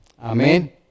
Amen